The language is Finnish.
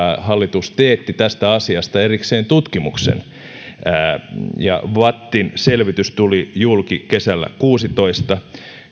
hallitus teetti tästä asiasta erikseen tutkimuksen vattin selvitys tuli julki kesällä kuusitoista